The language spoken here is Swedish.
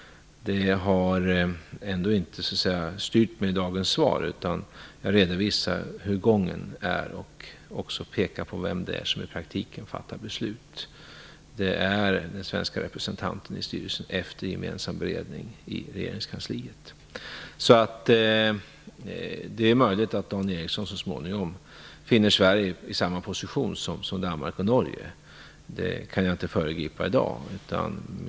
Det har ändå inte styrt mig i dagens svar, utan jag redovisar hur gången är och pekar på vem det i praktiken är som fattar beslut. Det är den svenska representanten i styrelsen efter gemensam beredning i regeringskansliet. Det är möjligt att Dan Ericsson så småningom finner Sverige i samma position som Danmark och Norge. Det kan jag inte föregripa i dag.